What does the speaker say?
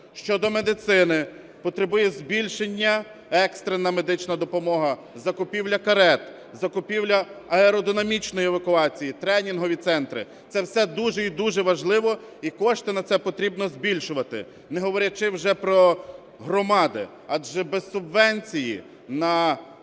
Щодо медицини. Потребує збільшення екстрена медична допомога: закупівля карет, закупівля аеродинамічної евакуації, тренінгові центри. Це все дуже і дуже важливо, і кошти на це потрібно збільшувати. Не говорячи вже про громади, адже без субвенції на покриття